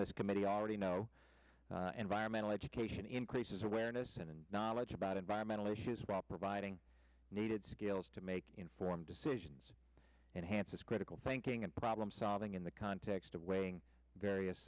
this committee already know and byron mental education increases awareness and knowledge about environmental issues proper abiding needed skills to make informed decisions and hansis critical thinking and problem solving in the context of weighing various